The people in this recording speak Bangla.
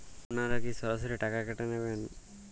আপনারা কি সরাসরি টাকা কেটে নেবেন?